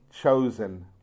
chosen